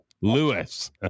Lewis